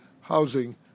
housing